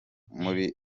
muri